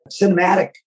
cinematic